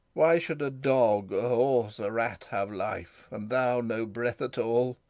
why should a dog, a horse, a rat, have life, and thou no breath at all?